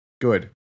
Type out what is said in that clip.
good